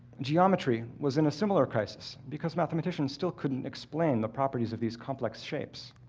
geometry was in a similar crisis, because mathematicians still couldn't explain the properties of these complex shapes.